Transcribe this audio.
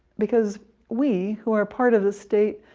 because we, who are part of the state,